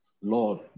lord